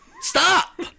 stop